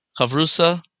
Chavrusa